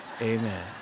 amen